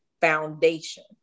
foundation